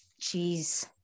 cheese